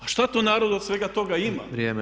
A što to narod od svega toga ima?